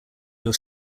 your